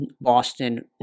Boston